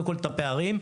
לטפל בפערים,